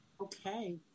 Okay